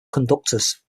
conductors